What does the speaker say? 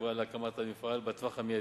החברה להקים מפעל בשנה הקרובה,